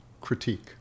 critique